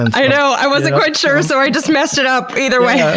i you know i wasn't quite sure, so i just messed it up either way!